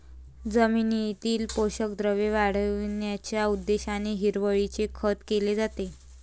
जमिनीतील पोषक द्रव्ये वाढविण्याच्या उद्देशाने हिरवळीचे खत केले जाते